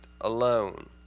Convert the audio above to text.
alone